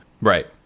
Right